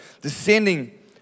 descending